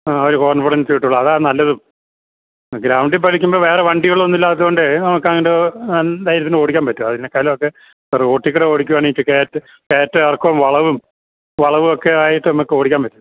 ആ ഒരു കോൺഫിഡൻസ് കിട്ടുള്ളു അതാ നല്ലതും ഗ്രൗണ്ടിൽ പഠിക്കുമ്പോൾ വേറെ വണ്ടികളൊന്നും ഇല്ലാത്തത് കൊണ്ട് നമുക്ക് അങ്ങനൊരു ധൈര്യത്തിന് ഓടിക്കാൻ പറ്റും അതിനെക്കാളും ഒക്കെ ഇപ്പം റോട്ടിൽ കൂടെ ഓടിക്കുവാണേൽ ഇപ്പം കയറ്റവും ഇറക്കവും വളവും വളവും ഒക്കെ ആയിട്ട് നമുക്ക് ഓടിക്കാൻ പറ്റും